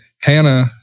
Hannah